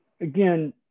again